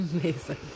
Amazing